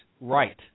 right